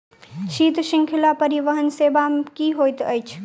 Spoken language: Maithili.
शीत श्रृंखला परिवहन सेवा की होइत अछि?